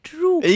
True